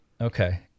okay